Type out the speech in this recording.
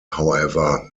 however